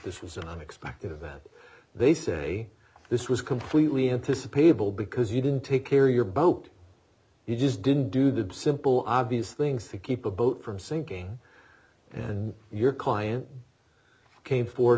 this was an unexpected event they say this was completely anticipated bill because you didn't take care your boat you just didn't do the simple obvious things to keep a boat from sinking and your client came forward